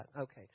Okay